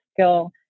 skill